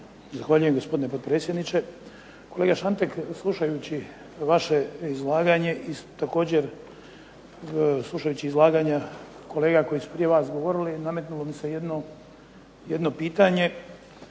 Zahvaljujem gospodine potpredsjedniče. Kolega Šantek, slušajući vaše izlaganje, također slušajući izlaganja kolega koji su prije vas govorili, nametnulo mi se jedno pitanje